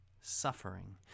suffering